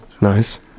nice